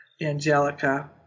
Angelica